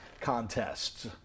contests